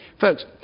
Folks